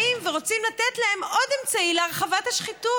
באים ורוצים לתת להם עוד אמצעי להרחבת השחיתות.